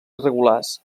irregulars